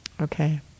Okay